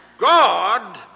God